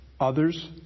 others